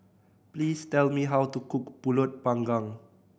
please tell me how to cook Pulut Panggang